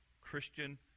christian